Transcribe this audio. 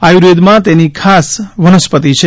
આયુર્વેદમાં તેની ખાસ વનસ્પતિ છે